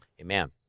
Amen